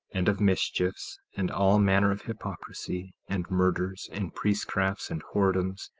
and of mischiefs, and all manner of hypocrisy, and murders, and priestcrafts, and whoredoms,